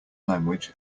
language